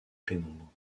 pénombre